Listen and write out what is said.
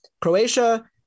Croatia